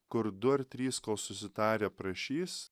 kur du ar trys ko susitarę prašys